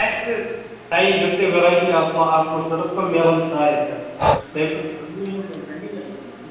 اَسہِ تۅہہِ یِم تہِ ویراٹی آسنَو اَتھ منٛز ضروٗرت تِم میلن ساریٚے تۅہہِ